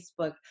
Facebook